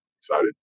excited